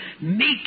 make